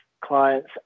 clients